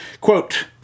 Quote